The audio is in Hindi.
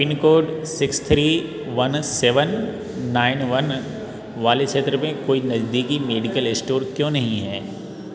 pin code six three one seven nine one वाले क्षेत्र में कोई नज़दीकी मेडिकल स्टोर क्यों नहीं है